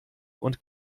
und